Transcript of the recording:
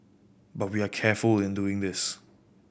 but we are careful in doing this